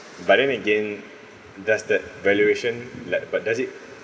but then again does that valuation like but does it